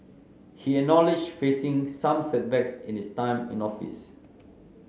he acknowledge facing some setbacks in his time in office